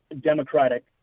Democratic